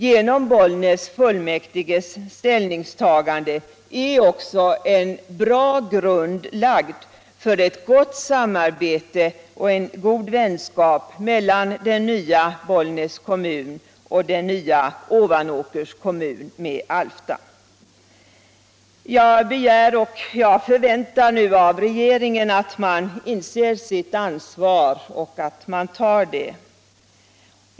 Genom Bollnäs kommunfullmäktiges ställningstagande är också en bra grund lagd för ett gott samarbete och en god vänskap mellan den nya Bollnäs kommun och den nya Ovanåkers kommun med Alfta. Jag begär och jag förväntar nu av regeringen att den inser sitt ansvar och tar det.